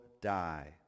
die